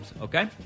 okay